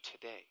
today